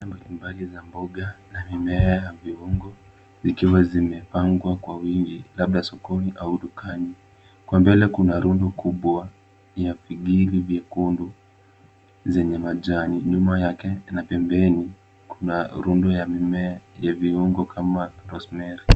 Aina mbalimbali za mboga na mimea ya viungo, zikiwa zimepangwa kwa wingi labda sokoni au dukani. Kwa mbele kuna rundo kubwa ya pigivi vyekundu zenye majani. Nyuma yake na pembeni kuna rundo ya mimea yenye viungo kama rosemary .